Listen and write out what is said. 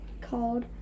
called